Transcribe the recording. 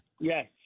Yes